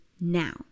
now